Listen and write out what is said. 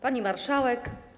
Pani Marszałek!